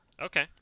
Okay